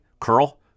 curl